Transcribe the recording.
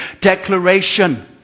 Declaration